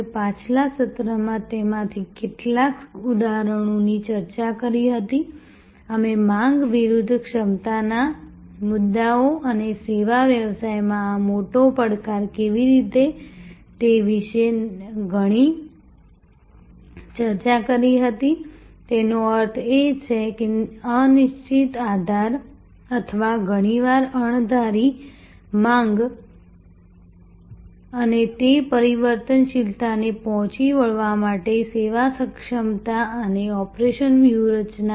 અમે પાછલા સત્રમાં તેમાંથી કેટલાક ઉદાહરણોની ચર્ચા કરી હતી અમે માંગ વિરુદ્ધ ક્ષમતાના મુદ્દાઓ અને સેવા વ્યવસાયમાં આ મોટો પડકાર કેવી રીતે તે વિશે ઘણી ચર્ચા કરી હતી તેનો અર્થ એ છે કે અનિશ્ચિત અથવા ઘણીવાર અણધારી માંગ અને તે પરિવર્તનશીલતાને પહોંચી વળવા માટે સેવા ક્ષમતા અને ઓપરેશન વ્યૂહરચના